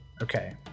Okay